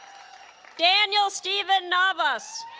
daniel steven navas